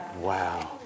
Wow